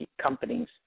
companies